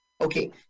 Okay